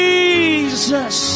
Jesus